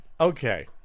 Okay